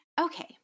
Okay